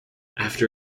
after